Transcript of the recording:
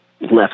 left